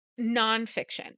nonfiction